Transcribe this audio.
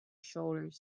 shoulders